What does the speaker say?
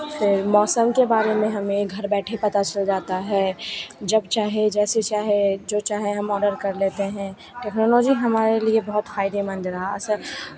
फिर मौसम के बारे में हमें घर बैठे पता चल जाता है जब चाहे जैसे चाहे जो चाहे हम ऑर्डर कर लेते हैं टेक्नोलॉजी हमारे लिए बहोत फ़ायदेमंद रहा असर